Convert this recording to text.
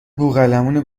بوقلمون